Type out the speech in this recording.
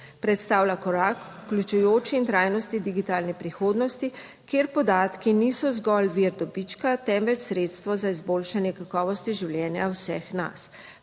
Predstavlja korak k vključujoči in trajnostni digitalni prihodnosti, kjer podatki niso zgolj vir dobička, temveč sredstvo za izboljšanje kakovosti življenja vseh nas.